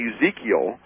Ezekiel